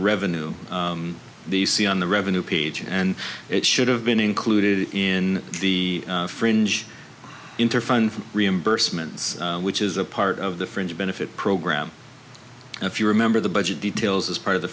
revenue the see on the revenue page and it should have been included in the fringe interferon for reimbursements which is a part of the fringe benefit program and if you remember the budget details as part of the